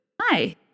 Hi